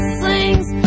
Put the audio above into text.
sings